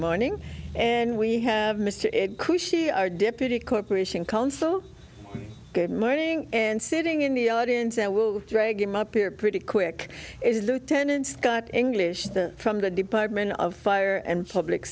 morning and we have mr crewe she our deputy corporation counsel good morning and sitting in the audience that will drag him up here pretty quick is lieutenant scott english the from the department of fire and public